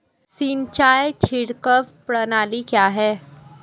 सिंचाई छिड़काव प्रणाली क्या है?